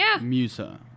Musa